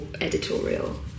editorial